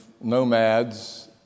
nomads